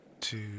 two